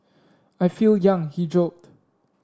I feel young he joked